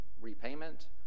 repayment